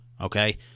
Okay